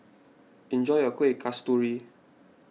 enjoy your Kuih Kasturi